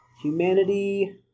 Humanity